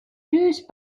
those